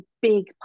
big